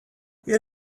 here